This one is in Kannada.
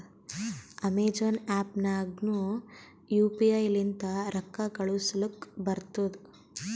ಅಮೆಜಾನ್ ಆ್ಯಪ್ ನಾಗ್ನು ಯು ಪಿ ಐ ಲಿಂತ ರೊಕ್ಕಾ ಕಳೂಸಲಕ್ ಬರ್ತುದ್